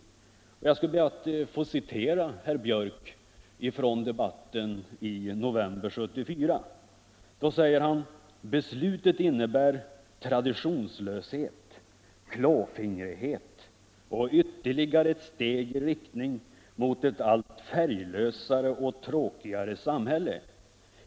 Jag ber att få citera något av vad herr Björck sade i den debatten: ”Beslutet innebär traditionslöshet, klåfingrighet och ytterligare ett steg i riktning mot ett allt färglösare och tråkigare samhälle.